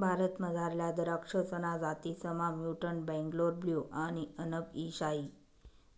भारतमझारल्या दराक्षसना जातीसमा म्युटंट बेंगलोर ब्लू आणि अनब ई शाही